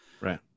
Right